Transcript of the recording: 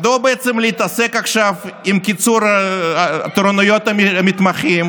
מדוע בעצם להתעסק עכשיו בקיצור תורנויות המתמחים